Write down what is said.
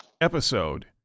episode